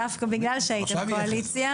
דווקא בגלל שהייתם בקואליציה.